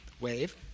wave